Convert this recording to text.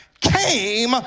came